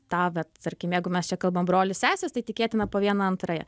tą vat tarkim jeigu mes čia kalbam brolis sesės tai tikėtina po vieną antrąją